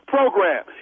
Program